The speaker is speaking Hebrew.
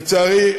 ולצערי,